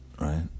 right